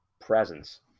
presence